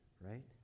Right